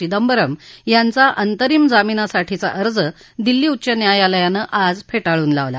चिदंबरम यांचा अंतरिम जामीनसाठीचा अर्ज दिल्ली उच्च् न्यायालयाने आज फेटाळून लावला